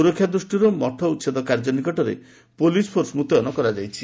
ସୁରକ୍ଷା ଦୃଷ୍ଟିରୁ ମଠ ଉଛେଦ କାର୍ଯ୍ୟ ନିକଟରେ ପୋଲିସ୍ ଫୋର୍ସ ମୁତୟନ କରାଯାଇଛି